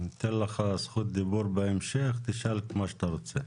ניתן לך זכות דיבור בהמשך, תשאל מה שאתה רוצה.